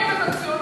מחריב את הציונות,